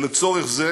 ולצורך זה